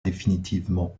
définitivement